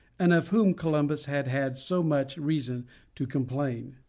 and of whom columbus had had so much reason to complain.